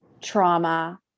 trauma